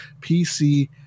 PC